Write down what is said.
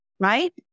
right